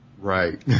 Right